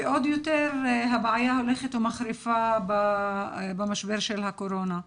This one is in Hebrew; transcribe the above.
ועוד יותר הבעיה הולכת ומחריפה במשבר של הקורונה.